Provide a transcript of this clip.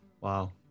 wow